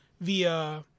via